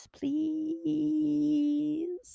please